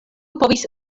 povis